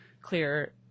clear